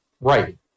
Right